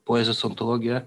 poezijos ontologiją